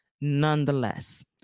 nonetheless